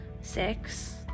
six